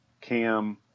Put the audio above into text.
Cam